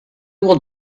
will